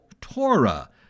Torah